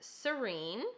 Serene